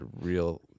real